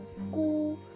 school